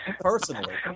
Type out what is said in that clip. personally